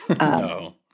No